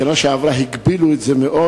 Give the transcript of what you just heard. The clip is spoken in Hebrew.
בשנה שעברה הגבילו את זה מאוד,